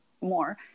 more